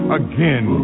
again